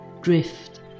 drift